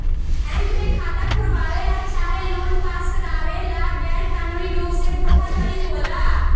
bank में खाता खोलवावे ला चाहे लोन पास करावे ला गैर कानूनी रुप से धोखाधड़ी होला